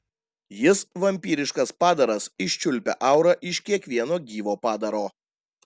jis vampyriškas padaras iščiulpia aurą iš kiekvieno gyvo padaro